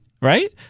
right